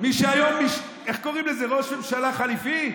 מי שהיום, איך קוראים לזה, הוא ראש ממשלה חליפי.